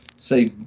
say